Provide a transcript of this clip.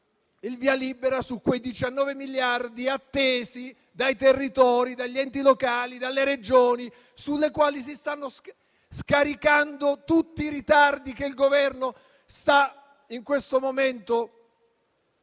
il via libera su quei 19 miliardi attesi dai territori, dagli enti locali e dalle Regioni, su cui si stanno scaricando tutti i ritardi che il Governo sta sommando in questo momento.